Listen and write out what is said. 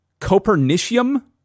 copernicium